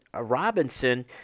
Robinson